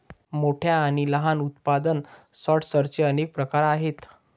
मोठ्या आणि लहान उत्पादन सॉर्टर्सचे अनेक प्रकार आहेत